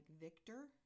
Victor